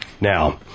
now